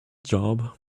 job